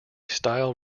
style